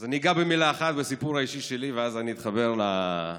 אני אגע במילה אחת בסיפור האישי שלי ואז אני אתחבר לריאליטי,